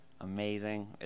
Amazing